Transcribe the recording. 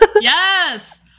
Yes